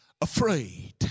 afraid